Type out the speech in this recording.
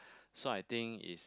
so I think is